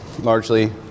largely